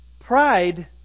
Pride